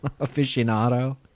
aficionado